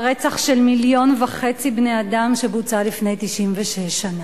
ברצח של 1.5 מיליון בני-אדם שבוצע לפני 96 שנה.